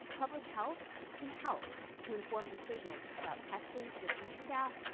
public health can help to inform decisions about testing, additional staff,